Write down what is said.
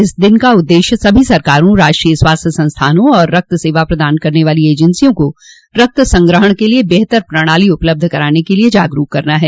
इस दिन का उद्देश्य सभी सरकारों राष्ट्रीय स्वास्थ्य संस्थानों और रक्त सेवा प्रदान करने वाली एजेंसियों को रक्त संग्रहण के लिये बेहतर प्रणाली उपलब्ध कराने के लिये जागरूक करना है